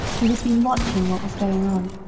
who had been watching what was going on,